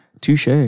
Touche